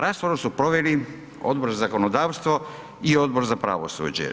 Raspravu su proveli Odbor za zakonodavstvo i Odbor za pravosuđe.